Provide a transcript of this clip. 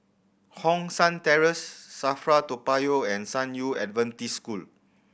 Hong San Terrace SAFRA Toa Payoh and San Yu Adventist School